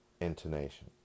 intonation